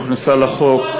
הוכנסה לחוק,